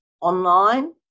online